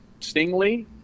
Stingley